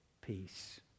peace